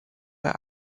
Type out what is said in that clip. bei